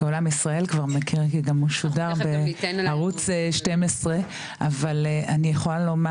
כל עם ישראל כבר מכיר כי גם הוא שודר בערוץ 12. אני יכולה לומר